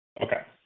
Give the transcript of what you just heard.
Okay